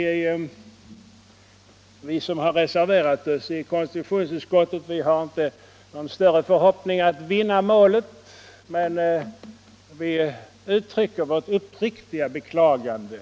Vi som har reserverat oss i konstitutionsutskottet hyser inte någon större förhoppning om att vinna målet, men vi uttrycker vårt uppriktiga beklagande.